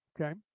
okay